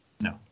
No